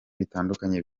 bitandukanye